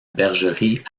bergerie